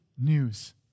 news